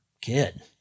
kid